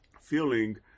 feeling